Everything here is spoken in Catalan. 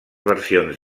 versions